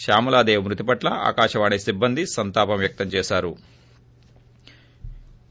శ్వామలాదేవి మ్నతి పట్ల ఆకాశవాణి సిబ్బంది సంతాపం వ్యక్తం చేశారు